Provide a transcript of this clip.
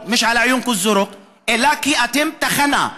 (אומר דברים בשפה הערבית,) אלא כי אתם תחנה,